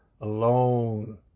alone